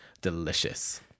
delicious